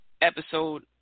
episode